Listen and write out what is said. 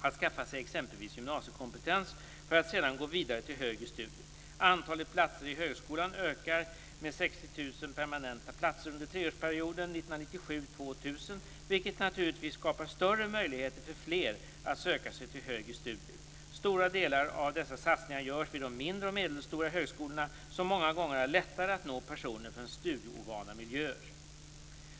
att skaffa sig exempelvis gymnasiekompetens för att sedan gå vidare till högre studier. Antalet platser i högskolan ökar med 60 000 permanenta platser under treårsperioden 1997-2000, vilket naturligtvis skapar större möjligheter för fler att söka sig till högre studier. Stora delar av dessa satsningar görs vid de mindre och medelstora högskolorna, som många gånger har lättare att nå personer från studieovana miljöer.